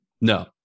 No